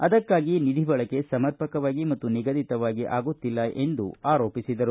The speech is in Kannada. ಅದಕ್ಕಾಗಿ ನಿಧಿ ಬಳಕೆ ಸಮರ್ಪಕವಾಗಿ ಮತ್ತು ನಿಗಧಿತವಾಗಿ ಬಳಕೆಯಾಗುತ್ತಿಲ್ಲ ಎಂದು ಆರೋಪಿಸಿದರು